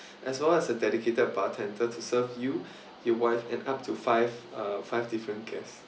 as well as a dedicated bartender to serve you your wife and up to five uh five different guest